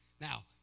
Now